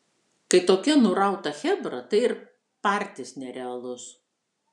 kai tokia nurauta chebra tai ir partis nerealus